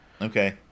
Okay